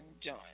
join